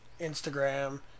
Instagram